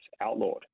outlawed